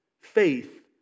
faith